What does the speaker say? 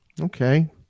Okay